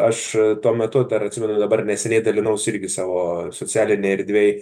aš tuo metu dar atsimenu dabar neseniai dalinausi irgi savo socialinėj erdvėj